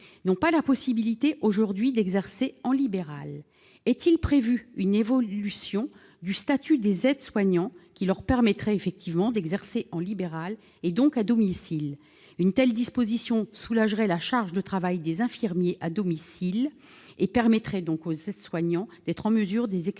n'ont pas la possibilité aujourd'hui d'exercer en libéral. Est-il prévu une évolution du statut des aides-soignants leur permettant d'exercer en libéral, donc à domicile ? Une telle disposition soulagerait la charge de travail des infirmiers à domicile et permettrait aux aides-soignants d'être en mesure de réaliser